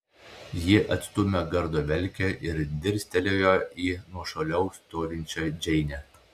ji atstūmė gardo velkę ir dirstelėjo į nuošaliau stovinčią džeinę